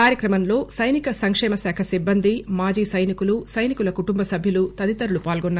కార్యక్రమంలో సైనిక సంకేమ శాఖ సిబ్బంది మాజీ సైనికులు సైనికుల కుటుంబ సభ్యులు తదితరులు పాల్గొన్నారు